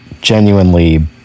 genuinely